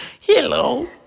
Hello